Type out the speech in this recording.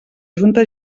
junta